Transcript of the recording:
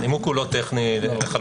הנימוק הוא לא טכני לחלוטין.